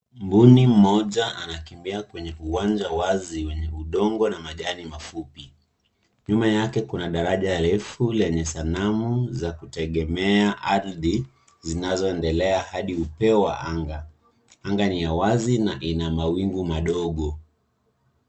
Mbuni mmoja anakimbia kwenye uwanja wazi wenye udongo na majani mafupi. Nyuma yake kuna daraja refu yenye sanamu za kutegemea ardhi zinazoendelea hadi upeo wa anga. Anga ni ya wazi na ina mawingu madogo.